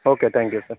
okay thank you sir